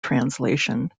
translation